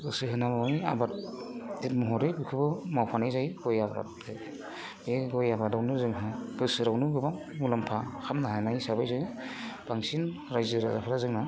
गोसो होनांगौ आबाद महरै बेखौबो मावफानाय जायो गय आबाद बे गय आबादावनो जोंहा बोसोरावनो गोबां मुलाम्फा खालामनो हानाय हिसाबै जोङो बांसिन रायजो राजाफ्रा जोंना